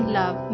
love